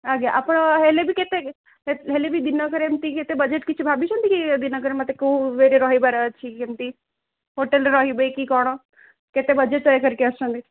ଆଜ୍ଞା ଆପଣ ହେଲେ ବି କେତେ ହେଲେ ବି ଦିନକରେ ଏମିତି କେତେ ବଜେଟ୍ କିଛି ଭାବିଛନ୍ତି କି ଦିନକରେ ମୋତେ କୋଉ ୱଏରେ ରହିବାର ଅଛି କେମିତି ହୋଟେଲରେ ରହିବେ କି କ'ଣ କେତେ ବଜେଟ୍ ତୈୟ କରିକି ଆସିଛନ୍ତି